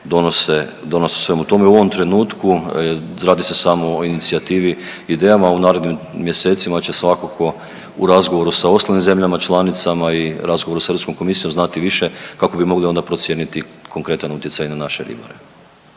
donose svemu tome. I u ovom trenutku radi se samo o inicijativi i idejama, u narednim mjesecima će svakako u razgovoru sa ostalim zemljama članicama i razgovoru sa Europskom komisijom znati više kako bi mogli onda procijeniti konkretan utjecaj na naše ribare.